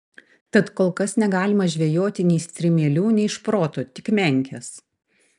tad kol kas negalima žvejoti nei strimelių nei šprotų tik menkes